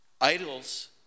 Idols